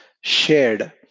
shared